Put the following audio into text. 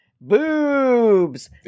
boobs